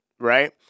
right